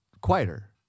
quieter